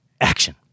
action